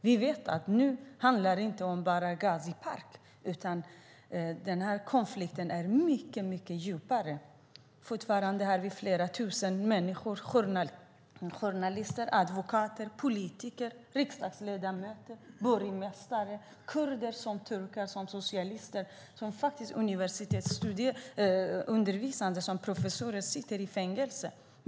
Vi vet att det nu inte bara handlar om gas i Geziparken, utan konflikten är mycket djupare än så. Fortfarande finns flera tusen människor - journalister, advokater, politiker, riksdagsledamöter, borgmästare, kurder, turkar, socialister, universitetsstuderande och professorer med flera som undervisar på universiteten - som sitter i fängelse.